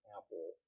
Apple